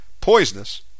poisonous